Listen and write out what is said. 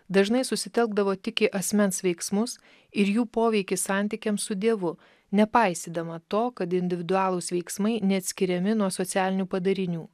dažnai susitelkdavo tik į asmens veiksmus ir jų poveikį santykiams su dievu nepaisydama to kad individualūs veiksmai neatskiriami nuo socialinių padarinių